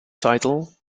title